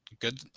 good